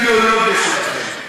קחו אחריות על האידיאולוגיה שלכם.